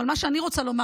מה שאני רוצה לומר,